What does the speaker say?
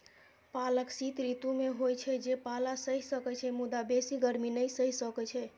पालक शीत ऋतु मे होइ छै, जे पाला सहि सकै छै, मुदा बेसी गर्मी नै सहि सकै छै